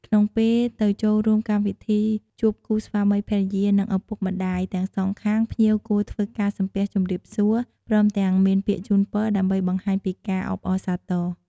ក្នុងពេលទៅចូលរួមកម្មវិធី ជួបគូស្វាមីភរិយា និងឪពុកម្ដាយទាំងសងខាង ភ្ញៀវគួរធ្វើការសំពះជម្រាបសួរ ព្រមទាំងមានពាក្យជូនពរ ដើម្បីបង្ហាញពីការអបអរសាទរ។